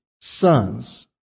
sons